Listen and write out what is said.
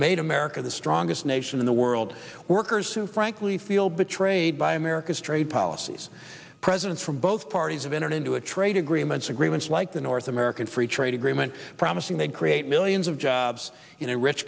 made america the strongest nation in the world workers who frankly feel betrayed by america's trade policies presidents from both parties have entered into a trade agreements agreements like the north american free trade agreement promising that create millions of jobs